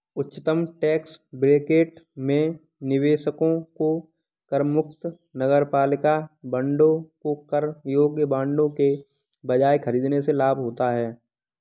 उच्चतम tax bracket में निवेशकों को करमुक्त नगरपालिका बांडों को कर योग्य बांडों के बजाय खरीदने से लाभ होता है